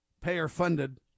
payer-funded